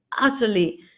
utterly